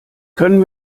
können